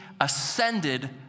ascended